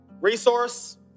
Resource